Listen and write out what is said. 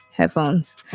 headphones